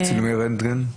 צילומי רנגטן?